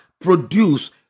produce